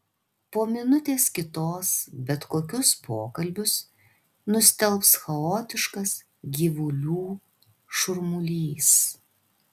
po minutės kitos bet kokius pokalbius nustelbs chaotiškas gyvulių šurmulys